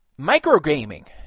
Microgaming